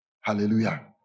Hallelujah